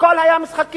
הכול היה משחקים.